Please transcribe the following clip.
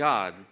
God